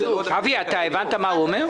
אבי ניסנקורן, הבנת את מה שהוא אומר?